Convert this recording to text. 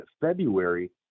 February